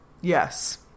Yes